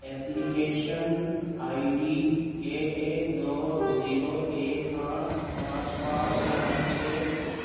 application I D کے اے دو زیرو ایک آٹھ پانچ پانچ سات چھ